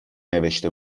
نوشته